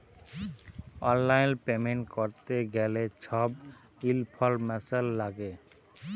অললাইল পেমেল্ট ক্যরতে গ্যালে ছব ইলফরম্যাসল ল্যাগে